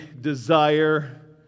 desire